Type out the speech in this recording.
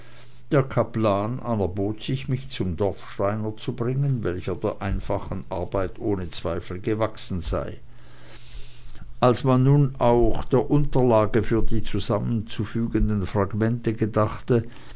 der kaplan anerbot sich mich zum dorfschreiner zu bringen welcher der einfachen arbeit ohne zweifel gewachsen sei als man nun auch der unterlage für die zusammenzufügenden fragmente gedachte